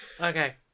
Okay